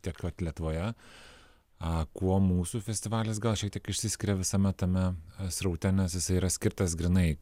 tiek kad lietuvoje a kuo mūsų festivalis gal šiek tiek išsiskiria visame tame sraute nes jisai yra skirtas grynai